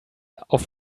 auf